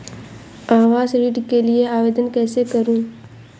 आवास ऋण के लिए आवेदन कैसे करुँ?